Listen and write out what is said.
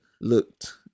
looked